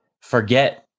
forget